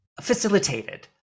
facilitated